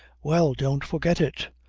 well, don't forget it.